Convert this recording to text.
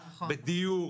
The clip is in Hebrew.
בדיור,